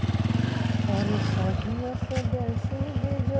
किसान credit card क प्रयोग करबाक लेल कोन नियम अछि?